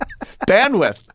bandwidth